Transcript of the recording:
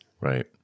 Right